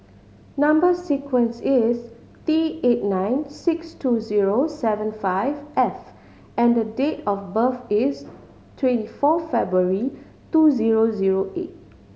number sequence is T eight nine six two zero seven five F and date of birth is twenty four February two zero zero eight